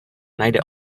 najde